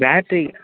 battery